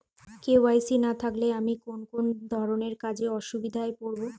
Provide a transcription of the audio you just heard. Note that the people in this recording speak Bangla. কে.ওয়াই.সি না থাকলে আমি কোন কোন ধরনের কাজে অসুবিধায় পড়ব?